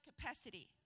capacity